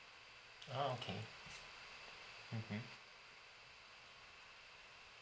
oh okay mmhmm